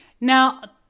Now